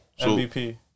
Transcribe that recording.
MVP